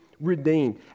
redeemed